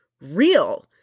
real